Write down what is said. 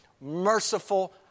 merciful